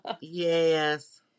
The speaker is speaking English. Yes